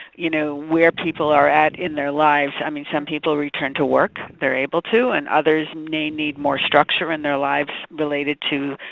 you know, where people are at in their lives. i mean, some people return to work if they're able to, and others may need more structure in their lives related to